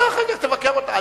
אתה אחר כך תבקר אותה,